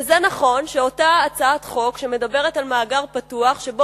וזה נכון שאותה הצעת חוק שמדברת על מאגר פתוח שבו